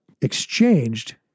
exchanged